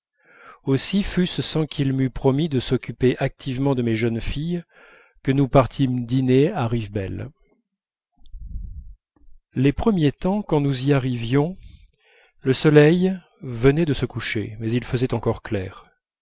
aussi fut-ce sans qu'il m'eût promis de s'occuper activement de mes jeunes filles que nous partîmes dîner à rivebelle les premiers temps quand nous arrivions le soleil venait de se coucher mais il faisait encore clair